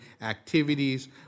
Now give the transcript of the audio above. activities